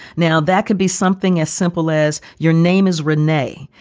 now, that could be something as simple as your name is, rene.